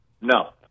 No